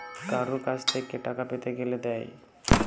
কারুর কাছ থেক্যে টাকা পেতে গ্যালে দেয়